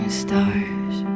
stars